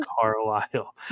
Carlisle